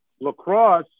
lacrosse